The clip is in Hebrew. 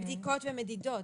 אלה בדיקות ומדידות.